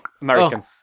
American